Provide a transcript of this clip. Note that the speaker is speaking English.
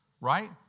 right